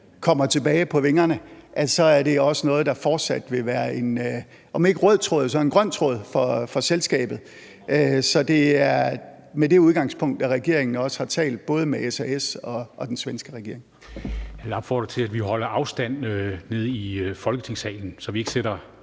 kommer tilbage på vingerne, så er det også noget, der fortsat vil være en, om ikke rød tråd, så dog grøn tråd for selskabet. Så det er med det udgangspunkt, at regeringen også har talt med både SAS og den svenske regering.